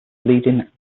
bleeding